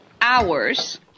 hours